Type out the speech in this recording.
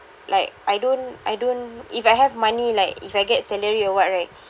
like I don't I don't if I have money like if I get salary or what right